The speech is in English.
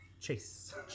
Chase